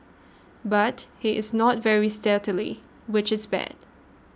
but he is not very which is bad